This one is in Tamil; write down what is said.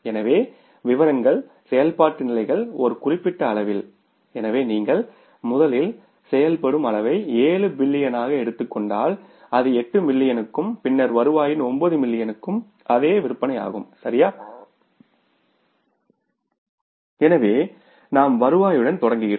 எனவே விவரங்கள் செயல்பாட்டு நிலைகள் ஒரு குறிப்பிட்ட அளவில் எனவே நீங்கள் முதலில் செயல்படும் அளவை 7 மில்லியனாக எடுத்துக் கொண்டால் அது 8 மில்லியனுக்கும் பின்னர் வருவாயின் 9 மில்லியனுக்கும் அது விற்பனைக்கும் சரியா எனவே நாம் வருவாயுடன் தொடங்குகிறோம்